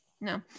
no